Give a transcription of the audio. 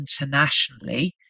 internationally